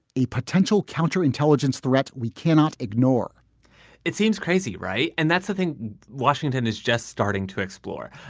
a potential counterintelligence threat we cannot ignore it seems crazy, right? and that's i think washington is just starting to explore.